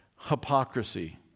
Hypocrisy